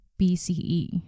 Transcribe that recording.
BCE